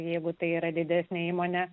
jeigu tai yra didesnė įmonė